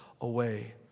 away